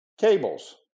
Cables